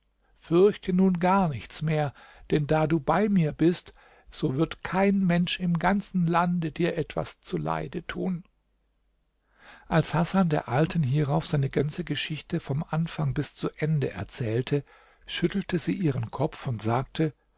fürchte nun gar nichts mehr denn da du bei mir bist so wird kein mensch im ganzen lande dir etwas zuleide tun als hasan der alten hierauf seine ganze geschichte vom anfang bis zu ende erzählte schüttelte sie ihren kopf und sagte